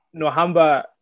Nohamba